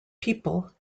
people